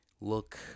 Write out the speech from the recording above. look